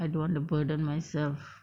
I don't want to burden myself